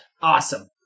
Awesome